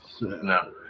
no